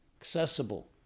accessible